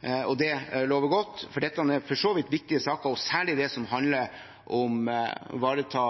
medlemmer. Det lover godt, for dette er for så vidt viktige saker, særlig det som handler om å ivareta